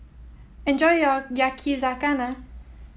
enjoy your Yakizakana